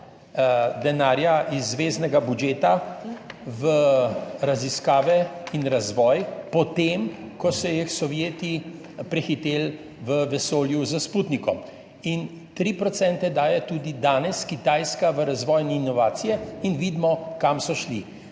denarja iz zveznega budžeta v raziskave in razvoj po tem, ko so jih s Sovjeti prehiteli v vesolju s Sputnikom, in 3 % daje tudi danes Kitajska v razvoj in inovacije in vidimo, kam so šli.